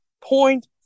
point